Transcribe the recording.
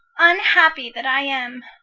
unhappy that i am!